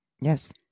Yes